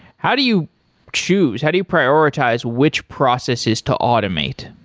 how do you choose? how do you prioritize which processes to automate?